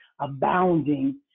abounding